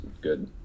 good